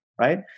right